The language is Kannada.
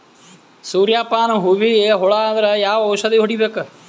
ಸೂರ್ಯ ಪಾನ ಹೂವಿಗೆ ಹುಳ ಆದ್ರ ಯಾವ ಔಷದ ಹೊಡಿಬೇಕು?